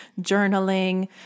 journaling